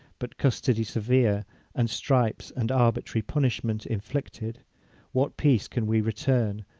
but custody severe and stripes and arbitrary punishment inflicted what peace can we return?